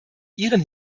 ihren